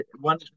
one